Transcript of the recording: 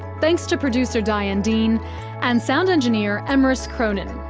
thanks to producer diane dean and sound engineer emrys cronin.